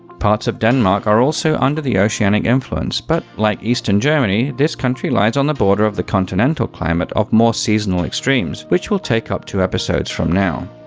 parts of denmark are also under the oceanic influence, but, like eastern germany, this country lies on the border of the continental climate of more seasonal extremes, which we'll take up two episodes from now.